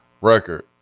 record